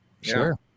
Sure